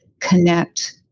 connect